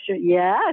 Yes